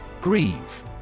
Grieve